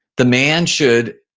the man should